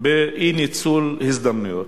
באי-ניצול הזדמנויות.